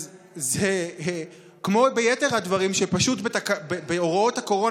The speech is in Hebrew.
אז כמו ביתר הדברים בהוראות הקורונה,